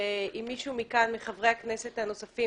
ומישהו מחברי הכנסת הנוספים,